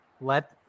Let